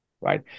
right